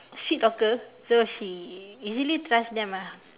sweet talker so she easily trust them lah